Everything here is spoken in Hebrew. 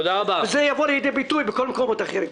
זה יבוא לידי ביטוי בכל המקומות האחרים.